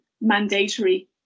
mandatory